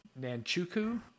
nanchuku